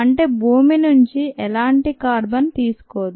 అంటే భూమి నుంచి ఎలాంటి కార్బన్ తీసుకోదు